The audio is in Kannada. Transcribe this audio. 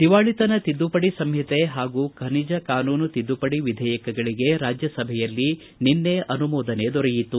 ದಿವಾಳಿತನ ತಿದ್ದುಪಡಿ ಸಂಹಿತೆ ಹಾಗೂ ಖನಿಜ ಕಾನೂನು ತಿದ್ದುಪಡಿ ವಿಧೇಯಕಗಳಿಗೆ ರಾಜ್ಯಸಭೆಯಲ್ಲಿ ನಿನ್ನೆ ಅನುಮೋದನೆ ದೊರೆಯಿತು